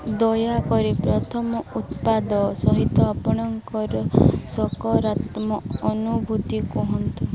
ଦୟାକରି ପ୍ରଥମ ଉତ୍ପାଦ ସହିତ ଆପଣଙ୍କର ସକରାତ୍ମକ ଅନୁଭୂତି କୁହନ୍ତୁ